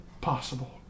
possible